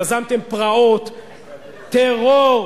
יזמתם פרעות, טרור,